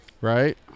right